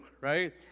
right